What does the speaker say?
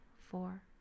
four